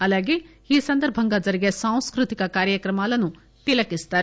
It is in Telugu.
అలాగే ఈ సందర్బంగా జరిగే సాంస్కృతిక కార్యక్రమాలను తిలకిస్తారు